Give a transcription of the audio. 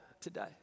today